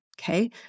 Okay